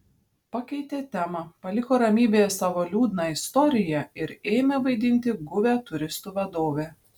pakeitė temą paliko ramybėje savo liūdną istoriją ir ėmė vaidinti guvią turistų vadovę